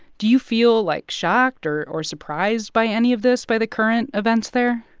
do you feel, like, shocked or or surprised by any of this by the current events there?